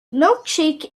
milkshake